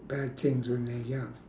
bad things when they're young